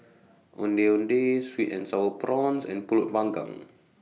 Ondeh Sweet and Sour Prawns and Pulut Panggang